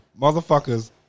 motherfuckers